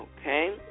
Okay